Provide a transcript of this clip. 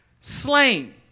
Slain